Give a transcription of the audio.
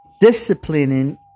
Disciplining